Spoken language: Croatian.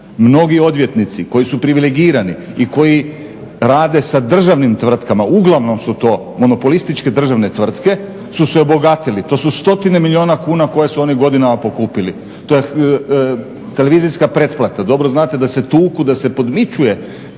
Mnogi odvjetnici koji su privilegirani i koji rade sa državnim tvrtkama, uglavnom su to monopolističke državne tvrtke, su se obogatili. To su stotine milijuna kuna koje su oni godinama pokupili. To je televizijska pretplata. Dobro znate da se tuku, da se podmićuje